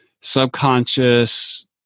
subconscious